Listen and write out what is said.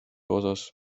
osas